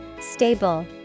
Stable